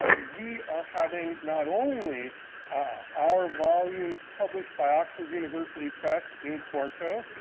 ah we are having, not only ah our volumes published by oxford university press in quarto,